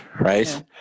right